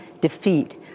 defeat